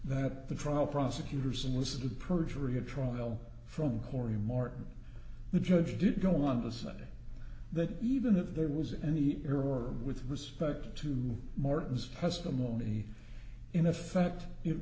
that the trial prosecutors and listen to the perjury trial from corey martin the judge did go on to say that even if there was any earlier with respect to martin's testimony in effect it